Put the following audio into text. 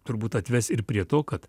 turbūt atves ir prie to kad